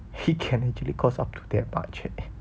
it can actually cost up to that much eh